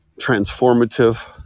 transformative